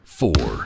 four